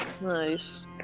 Nice